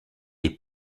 est